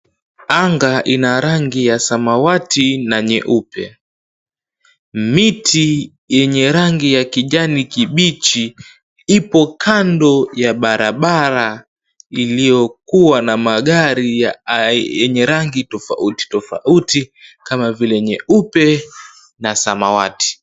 Anga ina rangi ya samawati na nyeupe. Miti yenye rangi ya kijani kibichi, ipo kando ya barabara iliyokuwa na magari yenye rangi tofauti tofauti kama vile nyeupe na samawati.